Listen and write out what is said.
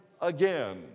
again